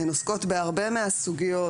הן עוסקות בהרבה מהסוגיות,